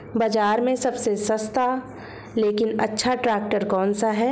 बाज़ार में सबसे सस्ता लेकिन अच्छा ट्रैक्टर कौनसा है?